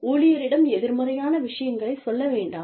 ஊழியரிடம் எதிர்மறையான விஷயங்களைச் சொல்ல வேண்டாம்